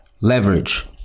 leverage